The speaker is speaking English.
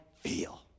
feel